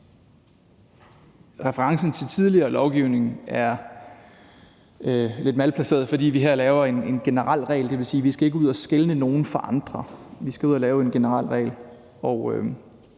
referencen til tidligere lovgivning er lidt malplaceret, fordi vi her laver en generel regel, og det vil sige, at vi ikke skal ud og skelne mellem nogen, skille nogen fra andre; vi skal ud og lave en generel regel.